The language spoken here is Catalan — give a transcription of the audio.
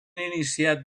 iniciat